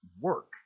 work